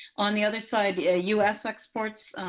on the other side, us exports,